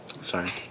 Sorry